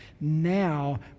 now